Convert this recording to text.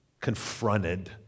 confronted